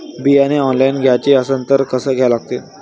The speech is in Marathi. बियाने ऑनलाइन घ्याचे असन त कसं घ्या लागते?